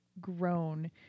grown